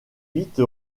vite